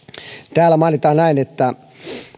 täällä mainitaan näin